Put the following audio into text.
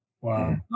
Wow